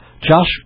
Josh